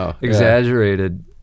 exaggerated